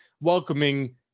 welcoming